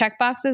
checkboxes